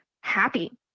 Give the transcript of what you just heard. happy